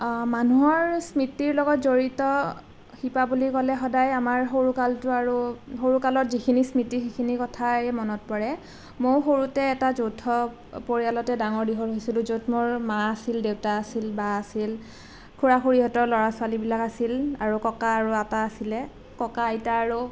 মানুহৰ স্মৃতিৰ লগত জড়িত শিপা বুলি ক'লে সদায় আমাৰ সৰু কালটো আৰু সৰু কালত যিখিনি স্মৃতি সেইখিনি কথাই মনত পৰে ময়ো সৰুতে এটা যৌথ পৰিয়ালতে ডাঙৰ দীঘল হৈছিলোঁ য'ত মোৰ মা আছিল দেউতা আছিল বা আছিল খুৰা খুৰীহঁতৰ ল'ৰা ছোৱালীবিলাক আছিল আৰু ককা আৰু আতা আছিলে ককা আইতা আৰু